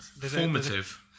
Formative